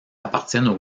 appartiennent